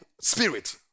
spirit